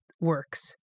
works